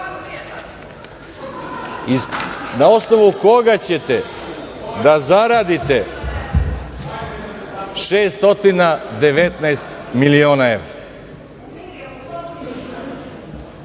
na osnovu koga ćete da zaradite 619 miliona evra?